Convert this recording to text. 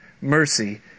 mercy